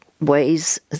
ways